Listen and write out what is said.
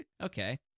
Okay